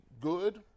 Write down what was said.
good